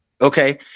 Okay